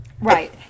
Right